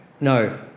No